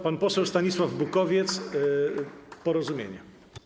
Pan poseł Stanisław Bukowiec, Porozumienie.